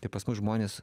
tai pas mus žmonės